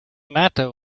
matter